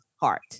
heart